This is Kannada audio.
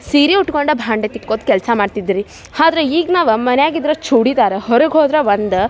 ಸೀರೆ ಉಟ್ಕೊಂಡೇ ಭಾಂಡೆ ತಿಕ್ಕೋ ಕೆಲಸ ಮಾಡ್ತಿದ್ರ್ ರೀ ಆದ್ರೆ ಈಗ ನಾವು ಮನೆಗಿದ್ರ ಚೂಡಿದಾರ ಹೊರಗೆ ಹೋದ್ರೆ ಒಂದು